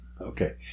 Okay